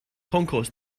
concourse